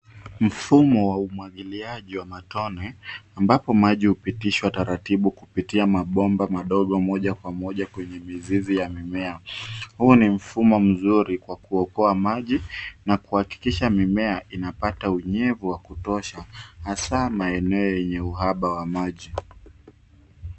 Mfumo wa umwagiliaji wa matone, ambapo maji hupitishwa kwa utaratibu kupitia mabomba madogo moja kwa moja kwenye miziz ya mimea. Huu ni mfumo mzuri kwa kuokoa maji na kuhakikisha mimea inapata unyevu wa kutosha hasa maeneo yenye uhaba wa maji.